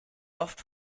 oft